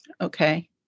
Okay